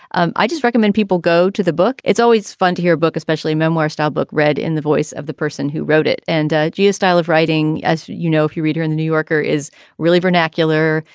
um i just recommend people go to the book. it's always fun to hear a book, especially memoir style stylebook read in the voice of the person who wrote it and geo's style of writing. as you know, if you read her in the new yorker is really vernacular,